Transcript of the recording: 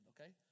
okay